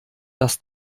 das